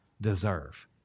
deserve